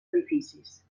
edificis